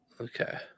Okay